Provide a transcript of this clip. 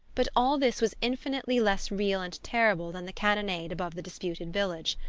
but all this was infinitely less real and terrible than the cannonade above the disputed village.